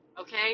okay